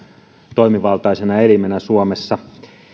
toimivaltaisena elimenä suomessa